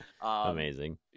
amazing